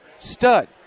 Stud